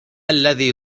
الذي